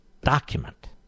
document